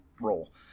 role